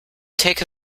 take